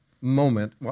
moment